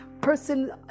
person